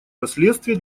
последствий